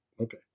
Okay